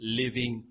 living